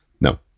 No